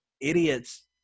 idiots